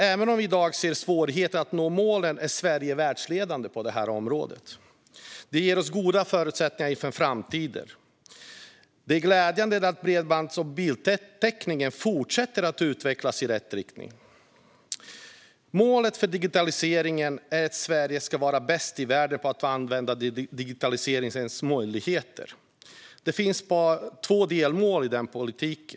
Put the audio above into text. Även om vi i dag ser svårigheter att nå målen är Sverige världsledande på området. Det ger oss goda förutsättningar inför framtiden. Det är glädjande att bredbands och mobiltäckningen fortsätter att utvecklas i rätt riktning. Målet för digitaliseringspolitiken är att Sverige ska vara bäst i världen på att använda digitaliseringens möjligheter. Det finns två delmål inom denna politik.